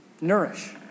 nourish